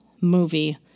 movie